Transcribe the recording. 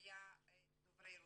לאוכלוסיית דוברי הרוסית.